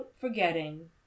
forgetting